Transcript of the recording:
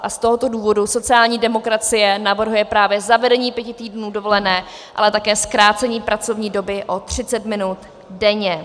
Z tohoto důvodu sociální demokracie navrhuje právě zavedení pěti týdnů dovolené, ale také zkrácení pracovní doby o třicet minut denně.